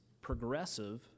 progressive